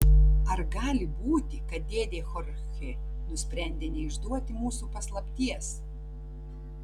ar gali būti kad dėdė chorchė nusprendė neišduoti mūsų paslapties